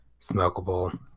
smokable